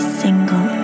single